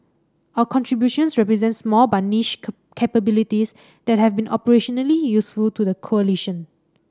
our contributions represent small but niche capabilities that have been operationally useful to the coalition